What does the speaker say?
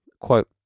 Quote